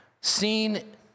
seen